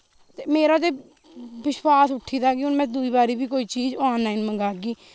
मेरा ते विश्वास उठी गेदा कि में दुई बारी बी कोई चीज आनलाईन मंगागी